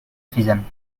fission